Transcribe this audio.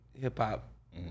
hip-hop